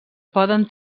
poden